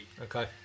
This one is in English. Okay